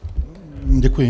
Děkuji.